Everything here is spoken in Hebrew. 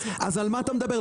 אז על מה אתה מדבר?